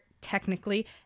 technically